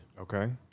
Okay